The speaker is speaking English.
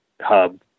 hub